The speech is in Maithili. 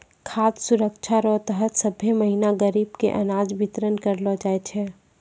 खाद सुरक्षा रो तहत सभ्भे महीना गरीब के अनाज बितरन करलो जाय छै